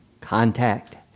contact